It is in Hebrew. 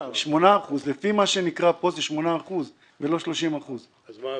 לפי מה שנקרא פה זה 8% ולא 30%. אז מה?